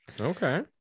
Okay